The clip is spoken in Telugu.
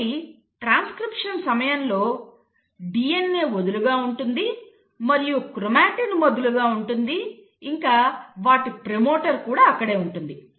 కాబట్టి ట్రాన్స్క్రిప్షన్ సమయంలో DNA వదులుగా ఉంటుంది మరియు క్రోమాటిన్ వదులుగా ఉంటుంది ఇంకా వాటి ప్రమోటర్ కూడా అక్కడే ఉంటుంది